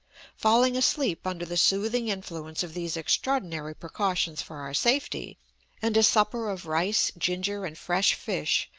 falling asleep under the soothing influence of these extraordinary precautions for our safety and a supper of rice, ginger, and fresh fish,